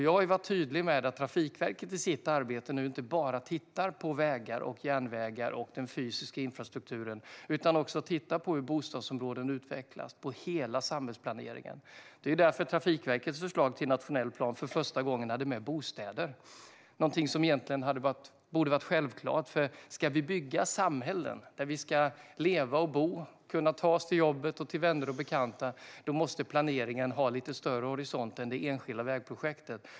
Jag har varit tydlig med att Trafikverket i sitt arbete inte bara ska titta på vägar och järnvägar och den fysiska infrastrukturen utan också ska titta på hur bostadsområden utvecklas och på hela samhällsplaneringen. Det är därför Trafikverkets förslag till nationell plan för första gången har med bostäder, något som egentligen borde vara självklart. Ska vi bygga samhällen där vi ska leva och bo och kunna ta oss till jobb och till vänner och bekanta måste planeringen ha lite större horisont än det enskilda vägprojektet.